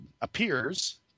appears